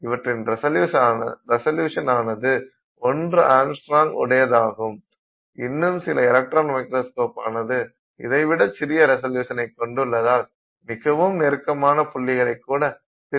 இவற்றின் ரிசல்யுசனானது 1 ஆங்ஸ்ட்ராம்ஸ் உடையதாகும் இன்னும் சில எலக்ட்ரான் மைக்ரோஸ்கோப் ஆனது இதைவிட சிறிய ரிசல்யுசனை கொண்டுள்ளதால் மிகவும் நெருக்கமான புள்ளிகளை கூட பிரித்துக் காண இயலும்